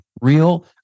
real